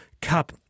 Cup